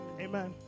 Amen